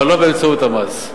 אבל לא באמצעות המס.